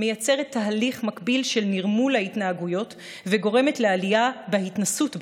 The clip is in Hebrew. מייצרת תהליך של נרמול ההתנהגויות ועלייה בהתנסות בהן,